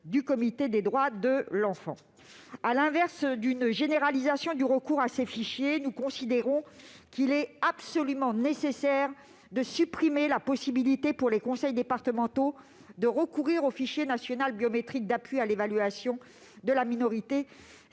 du Comité des droits de l'enfant des Nations unies. À l'inverse d'une généralisation du recours à ces fichiers, nous considérons qu'il est absolument nécessaire de supprimer la possibilité pour les conseils départementaux de recourir au fichier national biométrique d'appui à l'évaluation de la minorité.